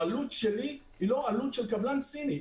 העלות שלי היא לא העלות של קבלן סיני.